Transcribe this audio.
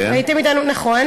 הייתם אתנו, ברוכים הבאים.